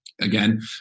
Again